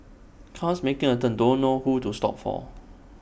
cars making A turn don't know who to stop for